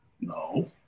No